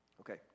Okay